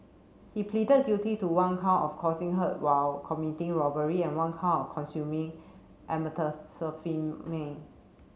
he pleaded guilty to one count of causing hurt while committing robbery and one count of consuming